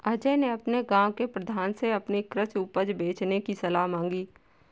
अजय ने अपने गांव के प्रधान से अपनी कृषि उपज बेचने की सलाह मांगी